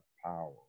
power